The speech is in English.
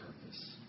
purpose